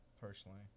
personally